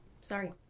Sorry